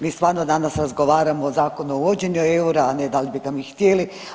Mi stvarno danas razgovaramo o Zakonu o uvođenju eura, a ne da li bi ga mi htjeli.